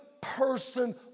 person